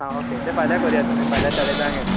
आं ओके तें फाल्यां करूया तुमी फाल्या साडे धांक येया